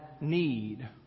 need